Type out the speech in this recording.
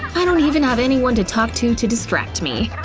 i don't even have anyone to talk to to distract me.